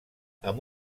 amb